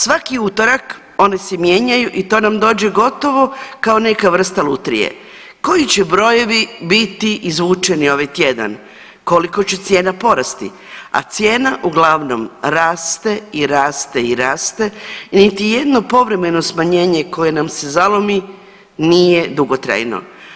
Svaki utorak one se mijenjaju i to nam dođe gotovo kao neka vrsta lutrije koji će brojevi biti izvučeni ovaj tjedan, koliko će cijena porasti, a cijena uglavnom raste i raste i raste, niti jedno povremeno smanjenje koje nam se zalomi nije dugotrajno.